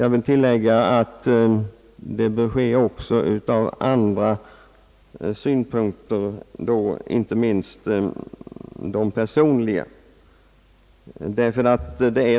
Jag vill tillägga att detta bör ske också ur andra synpunkter, inte minst de personliga.